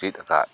ᱪᱮᱫ ᱟᱠᱟᱫ